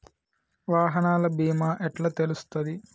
వాహనాల బీమా ఎట్ల తెలుస్తది?